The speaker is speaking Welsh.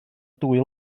dwy